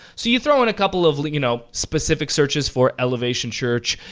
so you throw in a couple of like you know, specific searches for elevation church.